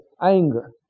anger